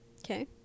Okay